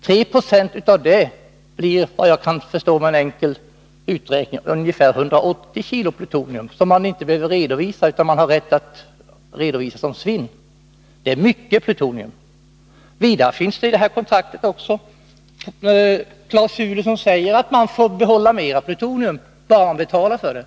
3 70 av det blir, med en enkel uträkning, ungefär 180 kg plutonium — som man har rätt att redovisa som svinn. Det är mycket plutonium. Vidare finns det i kontraktet också klausuler som säger att man får behålla mer plutonium bara man betalar för det.